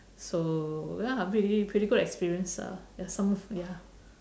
so ya pretty pretty good experience uh ya some ya